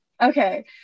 Okay